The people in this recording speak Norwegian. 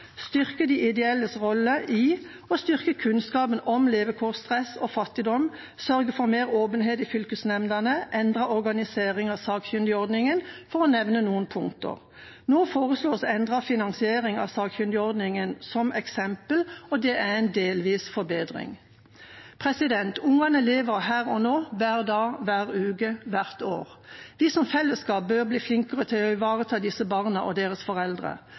styrke de ideelles rolle i og styrke kunnskapen om levekårsstress og fattigdom, sørge for mer åpenhet i fylkesnemndene, endret organisering av sakkyndigordningen – for å nevne noen punkter. Nå foreslås f.eks. en endret finansiering av sakkyndigordningen, og det er en delvis forbedring. Ungene lever her og nå – hver dag, hver uke og hvert år. Vi som fellesskap bør bli flinkere til å ivareta disse barna og deres foreldre.